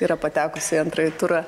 yra patekusi į antrąjį turą